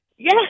Yes